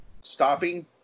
stopping